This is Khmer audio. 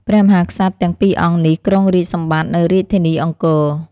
ព្រះមហាក្សត្រទាំងពីរអង្គនេះគ្រងរាជ្យសម្បត្តិ នៅរាជធានីអង្គរ ។